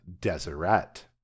Deseret